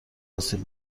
آسیب